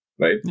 right